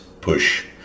push